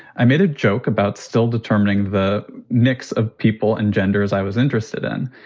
i made a joke about still determining the mix of people and genders i was interested in.